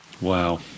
Wow